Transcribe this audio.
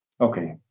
Okay